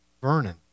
Vernon